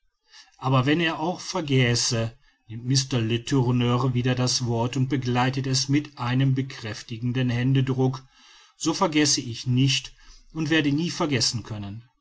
aber wenn er auch vergäße nimmt mr letourneur wieder das wort und begleitet es mit einem bekräftigenden händedrucke so vergesse ich nicht und werde nie vergessen können